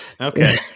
Okay